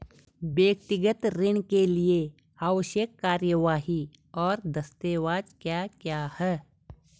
व्यक्तिगत ऋण के लिए आवश्यक कार्यवाही और दस्तावेज़ क्या क्या हैं?